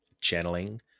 channeling